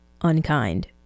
unkind